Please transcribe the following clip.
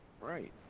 Right